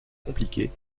compliquée